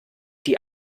die